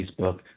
Facebook